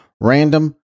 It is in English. random